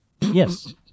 yes